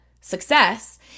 success